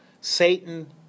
Satan